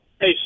Hey